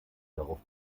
darauf